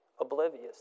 oblivious